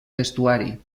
vestuari